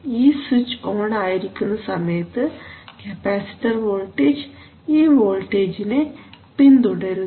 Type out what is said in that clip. ഈ switch on ആയിരിക്കുന്ന സമയത്ത് കപ്പാസിറ്റർ വോൾട്ടേജ് ഈ വോൾട്ടേജിനെ പിന്തുടരുന്നു